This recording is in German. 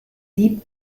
sieb